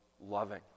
loving